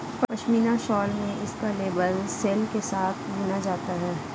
pashmina shawl में इसका label सोल के साथ बुना जाता है